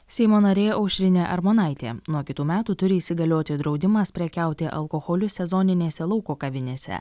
seimo narė aušrinė armonaitė nuo kitų metų turi įsigalioti draudimas prekiauti alkoholiu sezoninėse lauko kavinėse